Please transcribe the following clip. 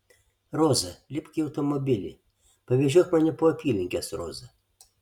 roza lipk į automobilį pavežiok mane po apylinkes roza